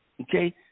Okay